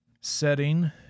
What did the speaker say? Setting